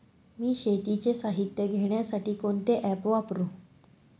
मी शेतीचे साहित्य घेण्यासाठी कोणते ॲप वापरु?